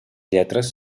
lletres